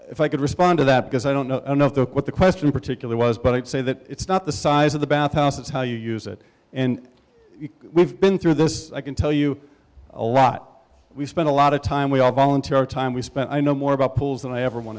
if i could respond to that because i don't know enough though what the question particular was but it say that it's not the size of the bath house it's how you use it and we've been through this i can tell you a lot we spend a lot of time we all volunteer time we spent i know more about pools than i ever want